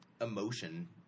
emotion